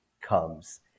comes